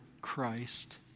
Christ